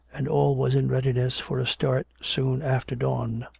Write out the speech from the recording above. and all was in readi ness for a start soon after dawn.